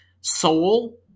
Soul